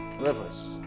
Rivers